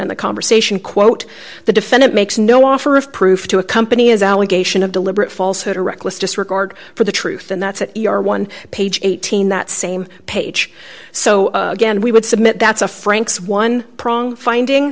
in the conversation quote the defendant makes no offer of proof to a company as allegation of deliberate falsehood or reckless disregard for the truth and that's an e r one page eighteen that same page so again we would submit that's a frank's one prong finding